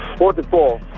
forty four